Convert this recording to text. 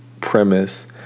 premise